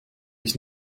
ich